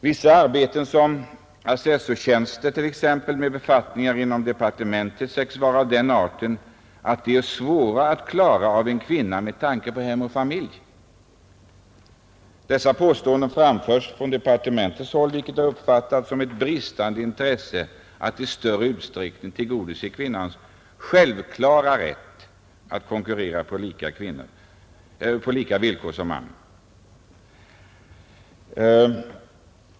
Vissa arbeten — assessorstjänster t.ex. med befattningar inom departementen — sägs vara av den arten att de är svåra att klara av en kvinna med tanke på hem och familj. Dessa påståenden har framförts från departementen, vilket har uppfattats såsom ett bristande intresse för att i större utsträckning tillgodose kvinnans självklara rätt att konkurrera med mannen på lika villkor.